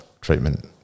treatment